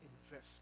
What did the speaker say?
investment